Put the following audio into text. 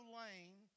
lane